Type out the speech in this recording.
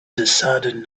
decided